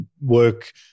work